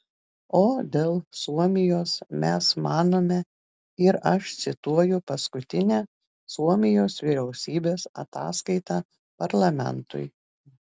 o dėl suomijos mes manome ir aš cituoju paskutinę suomijos vyriausybės ataskaitą parlamentui